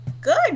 Good